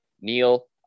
neil